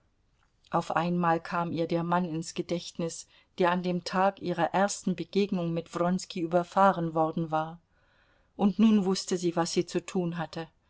auf einmal kam ihr der mann ins gedächtnis der an dem tag ihrer ersten begegnung mit wronski überfahren worden war und nun wußte sie was sie zu tun hatte